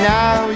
now